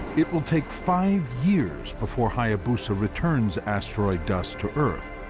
it will take five years before hayabusa returns asteroid dust to earth,